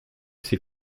ses